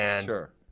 Sure